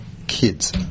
Kids